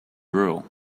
rule